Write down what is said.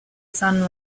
sun